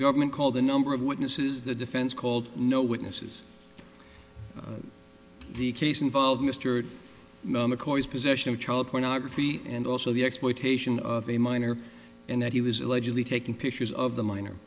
government called the number of witnesses the defense called no witnesses the case involving mr mccoy's possession of child pornography and also the exploitation of a minor and that he was allegedly taking pictures of the minor